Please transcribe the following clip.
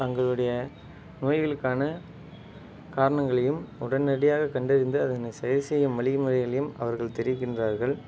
தங்களுடைய நோய்களுக்கான காரணங்களையும் உடனடியாக கண்டறிந்து அதனை சரி செய்யும் வழிமுறைகளையும் அவர்கள் தெரிவிக்கின்றார்கள்